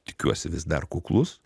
tikiuosi vis dar kuklus